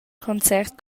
concert